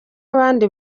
abandi